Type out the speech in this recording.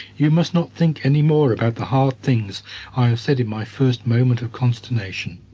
you must not think anymore about the hard things i said in my first moment of consternation,